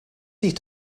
sich